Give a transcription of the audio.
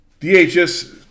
DHS